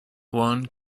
one